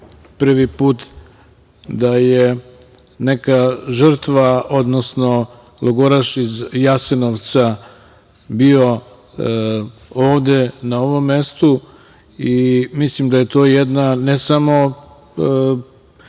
prvi put da je neka žrtva, odnosno logoraš iz Jasenovca bio ovde na ovom mestu i mislim da je to jedna ne samo